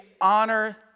honor